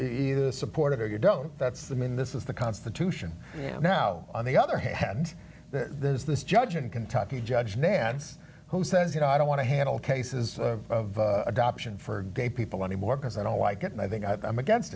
we're supportive of you don't that's the man this is the constitution you know on the other hand there's this judge in kentucky judge nance who says you know i don't want to handle cases of adoption for gay people anymore because i don't like it and i think i'm against